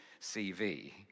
CV